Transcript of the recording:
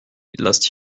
last